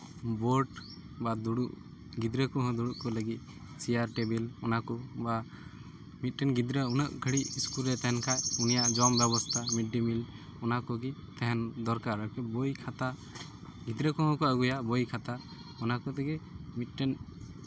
board ᱵᱟ ᱫᱩᱲᱩᱵ ᱜᱤᱫᱽᱨᱟᱹ ᱠᱚᱦᱚᱸ ᱫᱩᱲᱩᱵ ᱠᱚ ᱞᱟᱹᱜᱤᱫ ᱪᱮᱭᱟᱨ ᱴᱮᱵᱤᱞ ᱚᱱᱟᱠᱚ ᱵᱟ ᱢᱤᱫᱴᱮᱱ ᱜᱤᱫᱽᱨᱟᱹ ᱩᱱᱟᱹᱜ ᱜᱷᱟᱹᱲᱤᱡ ᱤᱥᱠᱩᱞ ᱨᱮ ᱛᱟᱦᱮᱱ ᱠᱷᱟᱡ ᱩᱱᱤᱭᱟᱜ ᱡᱚᱢ ᱵᱮᱵᱚᱥᱛᱷᱟ ᱢᱤᱰᱼᱰᱮᱼᱢᱤᱞ ᱚᱱᱟ ᱠᱚᱜᱮ ᱛᱟᱦᱮᱱ ᱫᱚᱨᱠᱟᱨ ᱵᱳᱭ ᱠᱷᱟᱛᱟ ᱜᱤᱫᱽᱨᱟᱹ ᱠᱚᱦᱚᱸ ᱠᱚ ᱟᱹᱜᱩᱭᱟ ᱵᱳᱭ ᱠᱷᱟᱛᱟ ᱚᱱᱟ ᱠᱚ ᱛᱮᱜᱮ ᱢᱤᱫᱴᱮᱱ